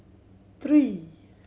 three